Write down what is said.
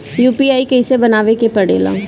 UPI कइसे बनावे के परेला?